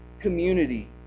community